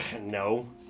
No